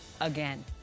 again